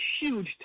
huge